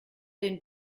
den